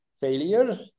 failure